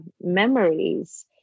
memories